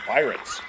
Pirates